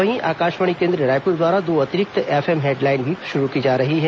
वहीं आकाशवाणी केन्द्र रायपुर द्वारा दो अतिरिक्त एफएम हेडलाइन भी शुरू की जा रही है